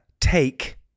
take